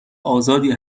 آزادی